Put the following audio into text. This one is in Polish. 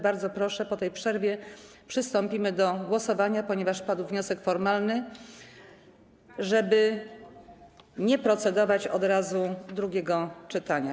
Bardzo proszę, po tej przerwie przystąpimy do głosowania, ponieważ zgłoszono wniosek formalny, żeby nie przystępować od razu do drugiego czytania.